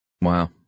Wow